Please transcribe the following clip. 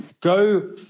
go